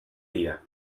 dia